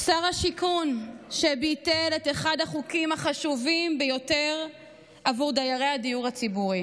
שר שיכון שביטל את אחד החוקים החשובים ביותר בעבור דיירי הדיור הציבורי,